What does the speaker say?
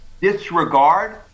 disregard